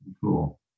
Cool